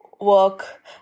work